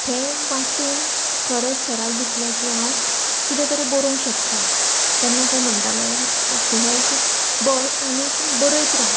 हें वाचून खरेंच सराक दिसलें की हांव किदें तरी बरोंक शकता तेन्ना ते म्हणटाले स्नेहल तूं बस आनी बरयत राव